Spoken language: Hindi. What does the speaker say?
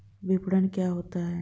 विपणन क्या होता है?